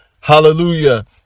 Hallelujah